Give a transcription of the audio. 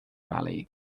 rally